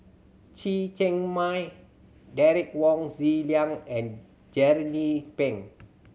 Chen Cheng Mei Derek Wong Zi Liang and Jernnine Pang